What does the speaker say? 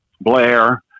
Blair